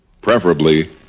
preferably